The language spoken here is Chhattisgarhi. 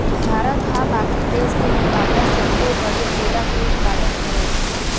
भारत हा बाकि देस के मुकाबला सबले बड़े केला के उत्पादक हरे